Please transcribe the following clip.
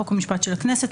חוק ומשפט של הכנסת,